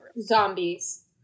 Zombies